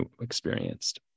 experienced